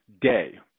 day